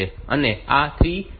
અને આ 3574 છે